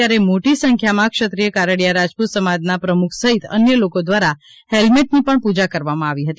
ત્યારે મોટી સંખ્યામાં ક્ષત્રિય કારડીયા રાજપૂત સમાજ ના પ્રમુખ સહિત અન્ય લોકો દ્વારા હેલ્મેટ ની પણ પૂજા કરવામાં આવી હતી